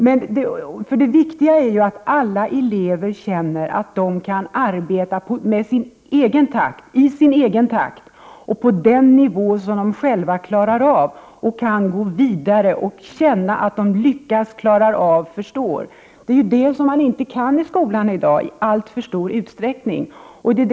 Det viktiga är ju att alla elever känner att de kan arbeta i sin egen takt, på den nivå som de själva klarar av och att de kan gå vidare och känna att de lyckas förstå rätt. Det är ju det som de i alltför stor utsträckning inte kan i skolan i dag.